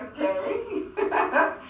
Okay